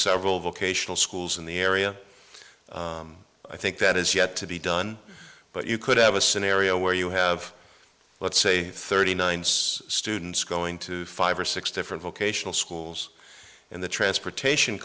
several vocational schools in the area i think that has yet to be done but you could have a scenario where you have let's say thirty nine s students going to five or six different vocational schools and the transportation